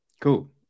Cool